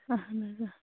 اہن حظ آ